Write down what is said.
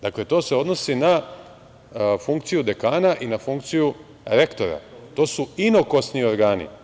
Dakle, to se odnosi na funkciju dekana i na funkciju rektora to su inokosni organi.